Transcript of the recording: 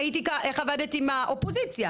ראיתי איך עבדת עם האופוזיציה,